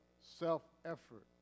self-effort